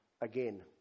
again